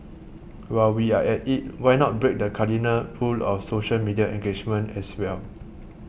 while we are at it why not break the cardinal rule of social media engagement as well